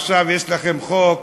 עכשיו יש לכם חוק,